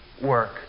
work